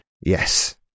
Yes